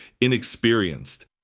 inexperienced